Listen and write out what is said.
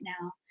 now